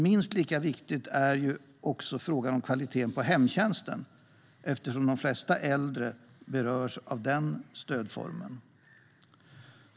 Minst lika viktig är dock frågan om kvaliteten på hemtjänsten eftersom de flesta äldre berörs av den stödformen.